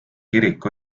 kirik